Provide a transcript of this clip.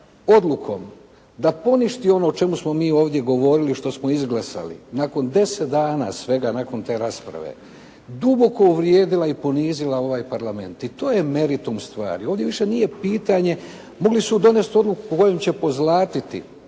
odlukom da poništi ono o čemu smo mi ovdje govorili, što smo izglasali nakon 10 dana svega nakon te rasprave duboko uvrijedila i ponizila ovaj Parlament i to je meritum stvari. Ovdje više nije pitanje, mogli su donijeti odluku kojom će pozlatiti,